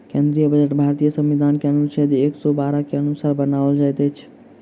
केंद्रीय बजट भारतीय संविधान के अनुच्छेद एक सौ बारह के अनुसार बनाओल जाइत अछि